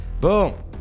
Boom